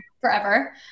forever